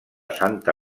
santa